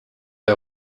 der